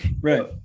Right